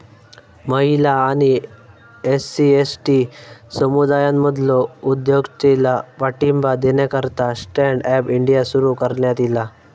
महिला आणि SC, ST समुदायांमधलो उद्योजकतेला पाठिंबा देण्याकरता स्टँड अप इंडिया सुरू करण्यात ईला